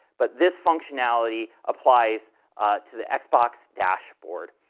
but this functionality applies to the xbox dashboard.